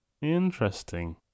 Interesting